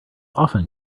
often